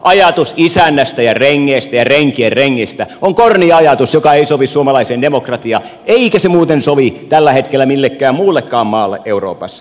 ajatus isännistä ja rengeistä ja renkien rengeistä on korni ajatus joka ei sovi suomalaiseen demokratiaan eikä se muuten sovi tällä hetkellä millekään muullekaan maalle euroopassa